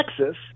Texas